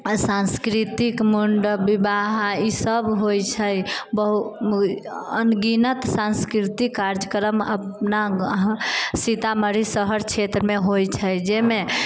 आओर सांस्कृतिक मण्डप विवाह ई सब होइ छै बहुत अनगिनत सांस्कृतिक कार्यक्रम अपना सीतामढ़ी शहर क्षेत्रमे होइ छै जाहिमे